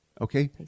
okay